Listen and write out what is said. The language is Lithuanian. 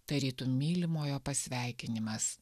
tarytum mylimojo pasveikinimas